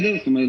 זאת אומרת,